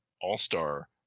all-star